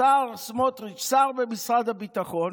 לשר סמוטריץ', שר במשרד הביטחון,